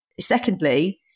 secondly